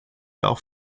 auch